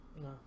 No